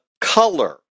color